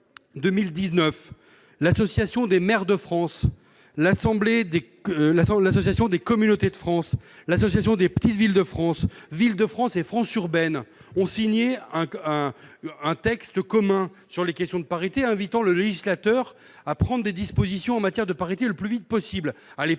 quand l'Association des maires de France, l'Association des communautés de France, l'Association des petites villes de France, Villes de France et France urbaine ont signé un texte commun sur la parité, invitant le législateur à prendre des dispositions en la matière le plus rapidement possible.